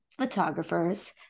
photographers